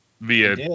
via